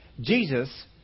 Jesus